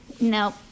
Nope